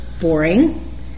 boring